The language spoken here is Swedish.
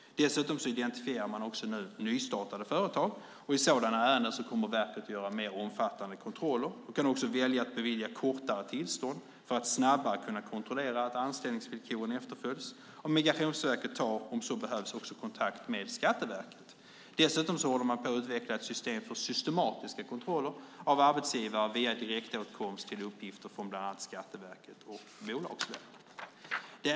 Dessutom identifierar man nystartade företag. I sådana ärenden kommer verket att göra mer omfattande kontroller och kan också välja att bevilja kortare tillstånd, för att snabbare kunna kontrollera att anställningsvillkoren efterföljs. Om så behövs tar också Migrationsverket kontakt med Skatteverket. Vidare håller man på att utveckla ett system för systematiska kontroller av arbetsgivare via direktåtkomst till uppgifter från bland annat Skatteverket och Bolagsverket.